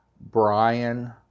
Brian